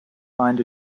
find